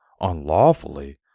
unlawfully